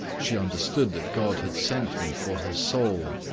she understood that god had sent me for her soul,